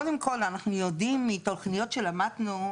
קודם כל אנחנו ידעים מתוכניות שלמדנו,